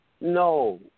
No